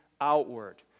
outward